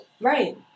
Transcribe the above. Right